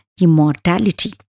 immortality